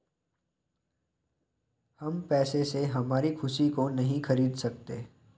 हम पैसे से हमारी खुशी को नहीं खरीदा सकते है